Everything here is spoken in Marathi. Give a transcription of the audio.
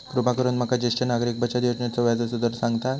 कृपा करून माका ज्येष्ठ नागरिक बचत योजनेचो व्याजचो दर सांगताल